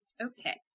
Okay